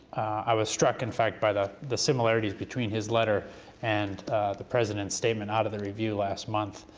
i was struck, in fact, by the the similarities between his letter and the president's statement out of the review last month.